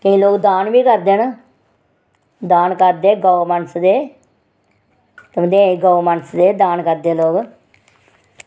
केईं लोक दान बी करदे न दान करदे गौ मनसदे धमदेह् ई गौ मनसदे दान करदे लोक